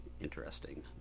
interesting